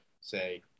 say